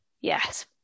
yes